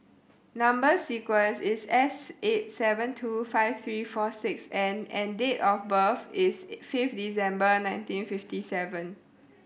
number sequence is S eight seven two five three four six N and date of birth is fifth December nineteen fifty seven